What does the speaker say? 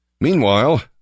Meanwhile